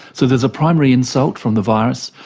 so there's a primary insult from the virus,